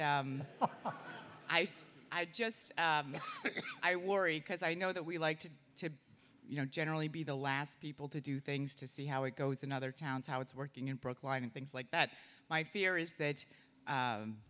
i just i worry because i know that we like to you know generally be the last people to do things to see how it goes in other towns how it's working in brookline and things like that my fear is that